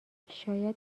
شاید